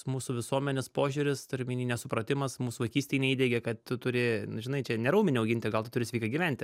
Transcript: mūsų visuomenės požiūris turiu omeny nesupratimas mūsų vaikystėj neįdiegė kad tu turi žinai čia ne raumenį auginti gal tu turi sveikai gyventi